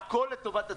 הכול לטובת הציבור.